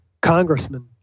Congressman